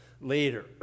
later